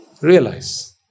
realize